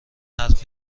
حرف